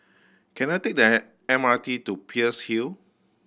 can I take the M R T to Peirce Hill